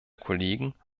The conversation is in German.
kollegen